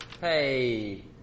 Hey